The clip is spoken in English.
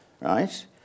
right